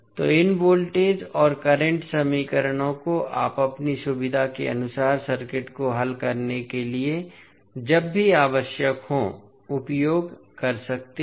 तो इन वोल्टेज और करंट समीकरणों को आप अपनी सुविधा के अनुसार सर्किट को हल करने के लिए जब भी आवश्यक हो उपयोग कर सकते हैं